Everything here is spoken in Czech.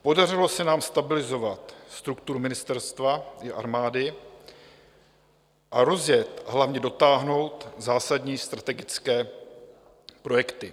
Podařilo se nám stabilizovat strukturu ministerstva i armády a rozjet, a hlavně dotáhnout zásadní strategické projekty.